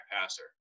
passer